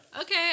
Okay